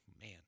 man